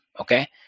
okay